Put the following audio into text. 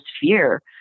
fear